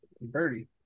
Birdie